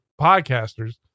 podcasters